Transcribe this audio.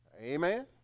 Amen